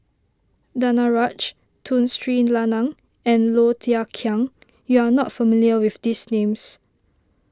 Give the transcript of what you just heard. Danaraj Tun Sri Lanang and Low Thia Khiang you are not familiar with these names